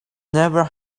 never